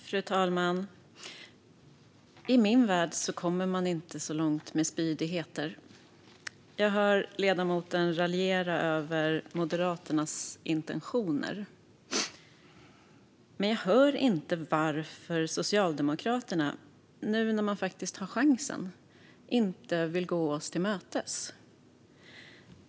Fru talman! I min värld kommer man inte så långt med spydigheter. Jag hör ledamoten raljera över Moderaternas intentioner, men jag hör inte varför Socialdemokraterna, nu när man faktiskt har chansen, inte vill gå oss moderater till mötes.